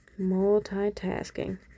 Multitasking